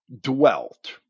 dwelt